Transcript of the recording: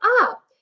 up